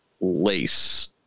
Lace